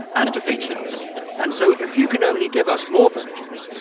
and defeated us and so if you can only give us more virgins,